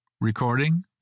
recording